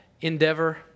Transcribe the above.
endeavor